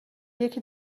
یکی